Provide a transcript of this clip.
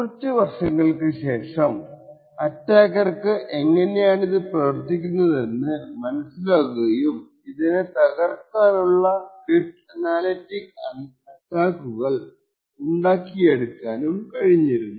കുറച്ചു വർഷങ്ങൾക്കു ശേഷം അറ്റാക്കർക്കു എങ്ങനെയാണിത് പ്രവർത്തിക്കുന്നതെന്ന് മനസ്സിലാകുകയും ഇതിനെ തകർക്കാനുള്ള ക്രിപ്റ്റ് അനാലിറ്റിക് അറ്റാക്കുകൾ ഉണ്ടാക്കിയെടുക്കാനും കഴിഞ്ഞിരുന്നു